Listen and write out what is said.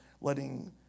letting